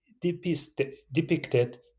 depicted